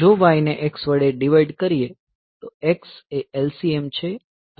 જો y ને x વડે ડીવાઈડ કરીએ તો x એ LCM છે